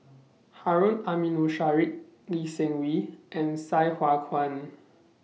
Harun Aminurrashid Lee Seng Wee and Sai Hua Kuan